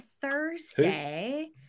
thursday